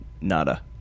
nada